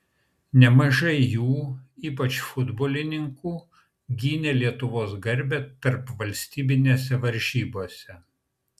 nemažai jų ypač futbolininkų gynė lietuvos garbę tarpvalstybinėse varžybose